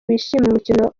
bishimiye